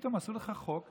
פתאום עשו לך חוק,